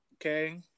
Okay